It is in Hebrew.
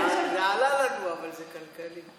זה עלה לנו, אבל זה כלכלי.